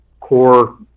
core